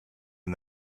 and